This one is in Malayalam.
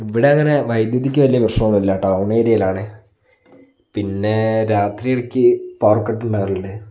ഇവിടെ അങ്ങനെ വൈദ്യുതിക്ക് വലിയ പ്രശ്നമൊന്നും ഇല്ല ടൗൺ ഏരിയയിലാണേൽ പിന്നെ രാത്രി ഇടയ്ക്ക് പവർ കട്ട് ഉണ്ടാവാറില്ലേ